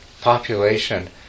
population